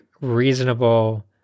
reasonable